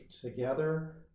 together